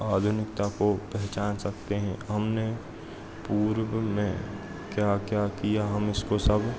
आधुनिकता को पहचान सकते हैं हमने पूर्व में क्या क्या किया हम इसको सब